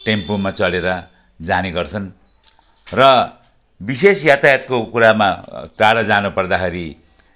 टेम्पोमा चढेर जाने गर्छन् र विशेष यातायातको कुरामा टाडा जान पर्दाखेरि